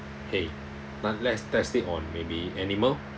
!hey! now let's test it on maybe animal